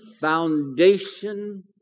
foundation